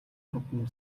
хурдан